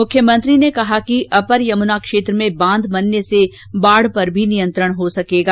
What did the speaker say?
मुख्यमंत्री ने कहा कि अपर यमुना क्षेत्र में बांध बनने से बाढ पर भी नियंत्रण हो सकेगा